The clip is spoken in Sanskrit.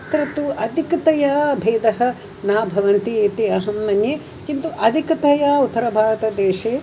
अत्र तु अधिकतया भेदः न भवति इति अहं मन्ये किन्तु अधिकतया उत्तरभारतदेशे